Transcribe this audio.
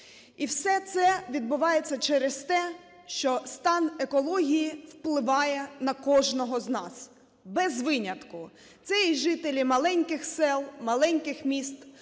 І все це відбувається через те, що стан екології впливає на кожного з нас, без винятку, це і жителі маленьких сіл, маленьких міст,